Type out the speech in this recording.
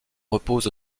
repose